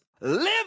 live